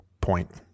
point